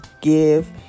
give